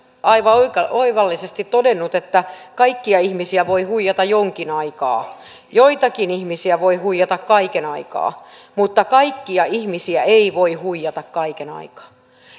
aivan oivallisesti todennut että kaikkia ihmisiä voi huijata jonkin aikaa joitakin ihmisiä voi huijata kaiken aikaa mutta kaikkia ihmisiä ei voi huijata kaiken aikaa